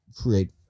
create